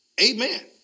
Amen